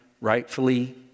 rightfully